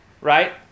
right